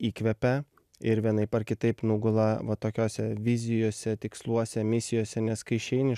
įkvepia ir vienaip ar kitaip nugula va tokiose vizijose tiksluose misijose nes kai išeini